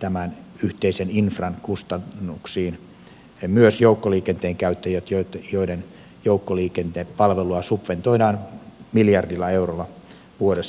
tämän yhteisen infran kustannuksiin myös joukkoliikenteen käyttäjät joiden joukkoliikennepalvelua subventoidaan miljardilla eurolla vuodessa tällä hetkellä